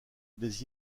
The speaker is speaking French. des